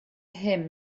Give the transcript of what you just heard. him